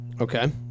Okay